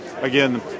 again